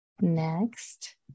Next